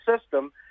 system